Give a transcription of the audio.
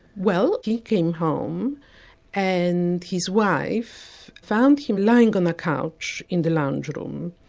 well he came home and his wife found him lying on a couch in the lounge room.